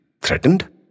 threatened